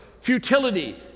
futility